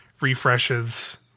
refreshes